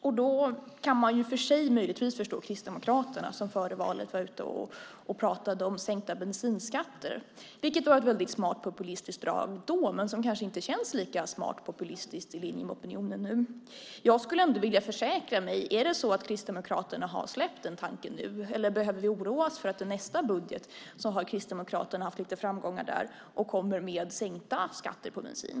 Möjligtvis kan man förstå Kristdemokraterna som före valet var ute och pratade om sänkt bensinskatt, vilket då var ett väldigt smart och populistiskt drag men som kanske inte känns lika smart och populistiskt och som varande i linje med opinionen nu. Jag skulle ändå vilja försäkra mig om hur det är. Är det så att Kristdemokraterna nu har släppt den tanken, eller behöver vi oroa oss för att Kristdemokraterna i samband med nästa budget haft lite framgångar och ni då kommer med sänkt skatt på bensin?